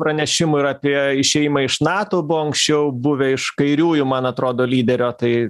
pranešimų ir apie išėjimą iš natų anksčiau buvę iš kairiųjų man atrodo lyderio tai